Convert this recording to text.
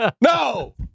No